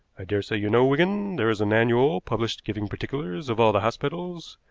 i daresay you know, wigan, there is an annual published giving particulars of all the hospitals,